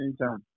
Anytime